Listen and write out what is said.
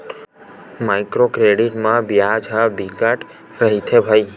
micro credit म बियाज ह बिकट रहिथे भई